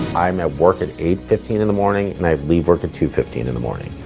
i'm at work at eight fifteen in the morning and i leave work at two fifteen in the morning.